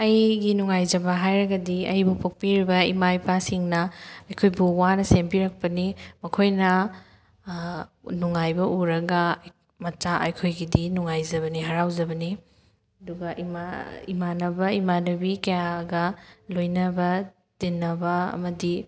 ꯑꯩꯒꯤ ꯅꯨꯡꯉꯥꯏꯖꯕ ꯍꯥꯏꯔꯒꯗꯤ ꯑꯩꯕꯨ ꯄꯣꯛꯄꯤꯔꯤꯕ ꯏꯃꯥ ꯏꯄꯥꯁꯤꯡꯅ ꯑꯩꯈꯣꯏꯕꯨ ꯋꯥꯅ ꯁꯦꯝꯕꯤꯔꯛꯄꯅꯤ ꯃꯈꯣꯏꯅ ꯅꯨꯡꯉꯥꯏꯕ ꯎꯔꯒ ꯃꯆꯥ ꯑꯩꯈꯣꯏꯒꯤꯗꯤ ꯅꯨꯡꯉꯥꯏꯖꯕꯅꯤ ꯍꯔꯥꯎꯖꯕꯅꯤ ꯑꯗꯨꯒ ꯏꯃꯥꯟꯅꯕ ꯏꯃꯥꯟꯅꯕꯤ ꯀꯌꯥꯒ ꯂꯣꯏꯅꯕ ꯇꯤꯟꯅꯕ ꯑꯃꯗꯤ